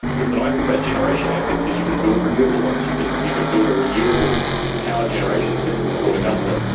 because the nice thing about generation assets is you can build renewable ones, you can you can build a renewable power generation system in port augusta,